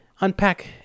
unpack